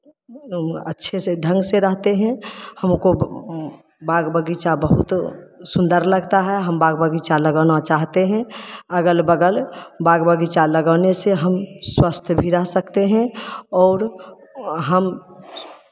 अच्छे से ढंग से रहते हैं हमको बाग बगीचा बहुत सुंदर लगता है हम बाग बगीचा लगाना चाहते हैं अगल बगल बाग बगीचा लगाने से हम स्वस्थ भी रह सकते हैं और हम